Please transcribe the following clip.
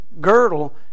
girdle